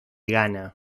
ghana